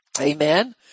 Amen